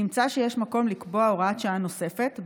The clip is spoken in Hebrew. נמצא שיש מקום לקבוע הוראת שעה נוספת,